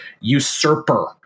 usurper